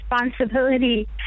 responsibility